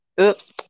Oops